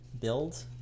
build